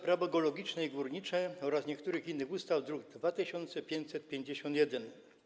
Prawo geologiczne i górnicze oraz niektórych innych ustaw, druk nr 2551.